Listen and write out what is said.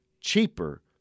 cheaper